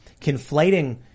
conflating